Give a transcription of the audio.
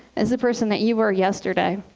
is the person that you were yesterday.